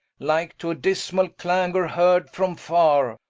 like to a dismall clangor heard from farre,